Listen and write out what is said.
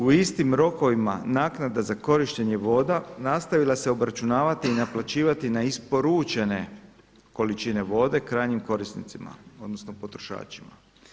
U istim rokovima naknada za korištenje voda nastavila se obračunavati i naplaćivati na isporučene količine vode krajnjim korisnicima odnosno potrošačima.